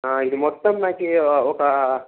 ఇది మొత్తం నాకు ఒక